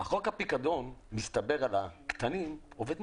מסתבר שחוק הפיקדון עובד מצוין על המכלים הקטנים.